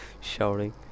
shouting